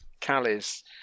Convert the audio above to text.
Callie's